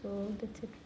so that's it